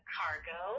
cargo